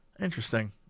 Interesting